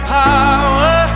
power